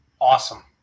Awesome